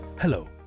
Hello